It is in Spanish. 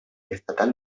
estatal